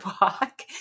walk